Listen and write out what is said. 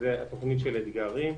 זו התוכנית של אתגרים,